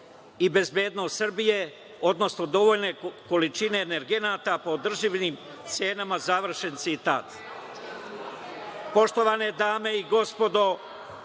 i bezbednost Srbije, odnosno dovoljne količine energenata po održivim cenama“.Poštovane dame i gospodo,